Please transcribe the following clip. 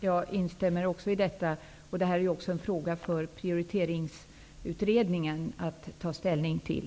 Jag instämmer också i detta. Det här är också en fråga för Prioriteringsutredningen att ta ställning till.